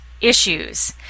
issues